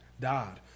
died